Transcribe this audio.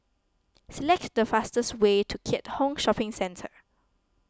select the fastest way to Keat Hong Shopping Centre